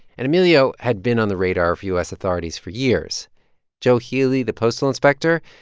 and emilio had been on the radar of u s. authorities for years joe healy, the postal inspector,